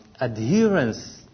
adherence